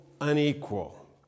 unequal